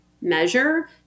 measure